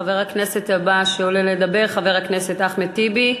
חבר הכנסת הבא שעולה לדבר הוא חבר הכנסת אחמד טיבי.